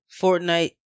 Fortnite